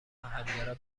همگرا